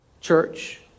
church